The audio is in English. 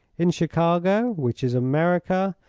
in chicago, which is america,